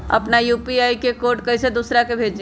अपना यू.पी.आई के कोड कईसे दूसरा के भेजी?